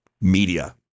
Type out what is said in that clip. media